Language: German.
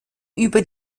über